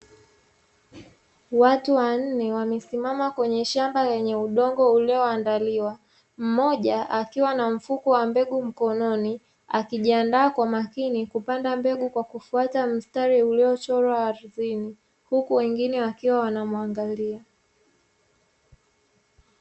Watu wanne wamesimama kwenye shamba lenye udongo ulioandaliwa mmoja akiwa na mfuko wa mbegu mkononi, akijiandaa kwa makini kupanda mbegu kwa kufuata mstari uliochorwa ardhini, huku wengine wakiwa wanamuangalia.